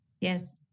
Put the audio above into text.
Yes